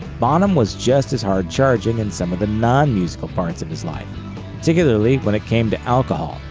bonham was just as hard-charging in some of the non-musical parts of his life particularly when it came to alcohol.